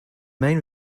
main